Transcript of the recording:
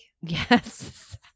Yes